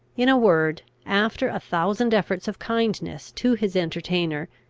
in a word, after a thousand efforts of kindness to his entertainer,